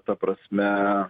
ta prasme